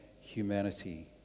humanity